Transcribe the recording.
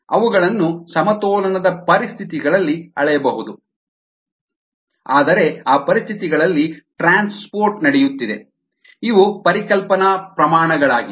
ಅವುಗಳನ್ನು ಸಮತೋಲನದ ಪರಿಸ್ಥಿತಿಗಳಲ್ಲಿ ಅಳೆಯಬಹುದು ಆದರೆ ಆ ಪರಿಸ್ಥಿತಿಗಳಲ್ಲಿ ಟ್ರಾನ್ಸ್ಪೋರ್ಟ್ ನಡೆಯುತ್ತಿದೆ ಇವು ಪರಿಕಲ್ಪನಾ ಪ್ರಮಾಣಗಳಾಗಿವೆ